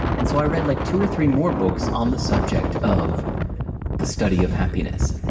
and so, i read like two or three more books on the subject of the study of happiness.